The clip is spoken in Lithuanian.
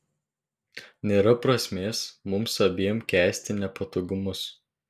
nėra prasmės mums abiem kęsti nepatogumus